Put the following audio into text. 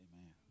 amen